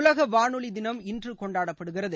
உலகவானொலி தினம் இன்று கொண்டாடப்படுகிறது